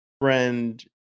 friend